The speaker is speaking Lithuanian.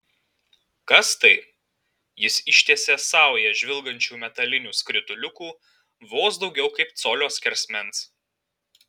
kas tai jis ištiesė saują žvilgančių metalinių skrituliukų vos daugiau kaip colio skersmens